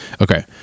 Okay